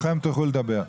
כולכם תוכלו לדבר.